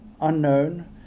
unknown